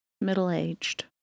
middle-aged